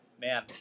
man